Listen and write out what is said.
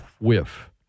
whiff